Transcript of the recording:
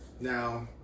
Now